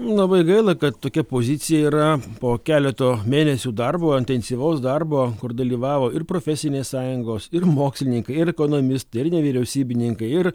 labai gaila kad tokia pozicija yra po keleto mėnesių darbo intensyvaus darbo kur dalyvavo ir profesinės sąjungos ir mokslininkai ir ekonomistai ir nevyriausybininkai ir